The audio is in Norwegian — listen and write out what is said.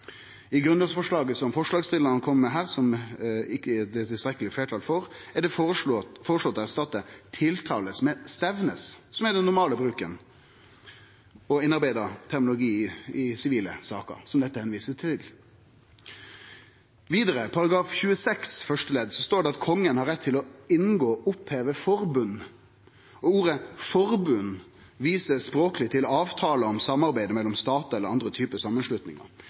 som det ikkje er eit tilstrekkeleg fleirtal for, er det føreslått å erstatte «tiltales» med «stevnes», som er den normale ordbruken og innarbeidd terminologi for sivile saker, som dette handlar om. Vidare står det i § 26 første ledd at Kongen har rett til å «inngå og oppheve forbund». Ordet «forbund» viser språkleg til avtaler om samarbeid mellom statar eller andre typar samanslutningar.